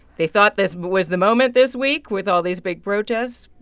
they thought this was the moment this week with all these big protests,